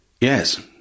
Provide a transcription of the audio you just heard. Yes